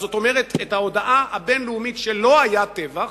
זאת אומרת את ההודעה הבין-לאומית שלא היה טבח,